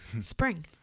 Spring